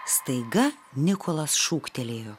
staiga nikolas šūktelėjo